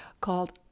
called